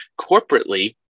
corporately